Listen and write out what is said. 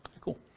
Cool